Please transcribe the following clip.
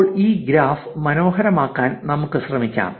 ഇപ്പോൾ ഈ ഗ്രാഫ് മനോഹരമാക്കാൻ നമുക്ക് ശ്രമിക്കാം